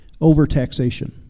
overtaxation